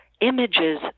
images